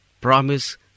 promise